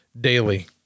daily